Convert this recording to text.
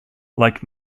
like